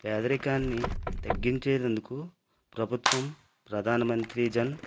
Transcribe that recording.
పేదరికాన్ని తగ్గించేందుకు ప్రభుత్వం ప్రధానమంత్రి జన్